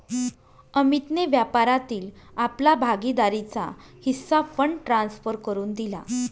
अमितने व्यापारातील आपला भागीदारीचा हिस्सा फंड ट्रांसफर करुन दिला